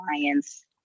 clients